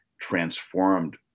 transformed